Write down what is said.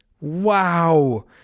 Wow